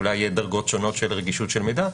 אולי יהיו דרגות שונות של רגישות של מידע,